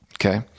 Okay